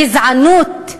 גזענות,